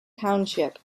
township